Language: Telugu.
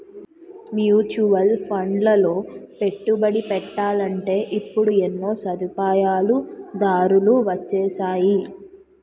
మ్యూచువల్ ఫండ్లలో పెట్టుబడి పెట్టాలంటే ఇప్పుడు ఎన్నో సదుపాయాలు దారులు వొచ్చేసాయి